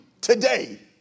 today